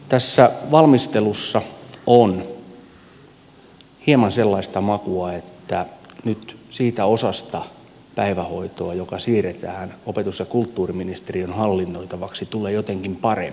tässä valmistelussa on hieman sellaista makua että nyt siitä osasta päivähoitoa joka siirretään opetus ja kulttuuriministeriön hallinnoitavaksi tulee jotenkin parempaa